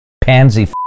pansy